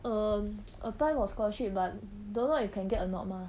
err apply for scholarship but don't know if can get a not mah